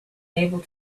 able